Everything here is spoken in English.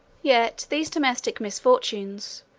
yet these domestic misfortunes,